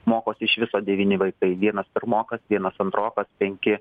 mokosi iš viso devyni vaikai vienas pirmokas vienas antrokas penki